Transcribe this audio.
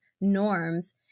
norms